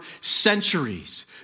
centuries